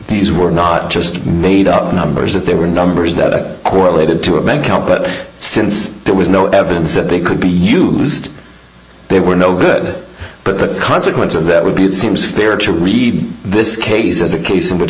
these were not just made up numbers that they were numbers that correlated to a bank account but since there was no evidence that they could be used they were no good but the consequence of that would be it seems fair to read this case as a case in which